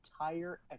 entire